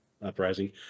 uprising